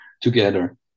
together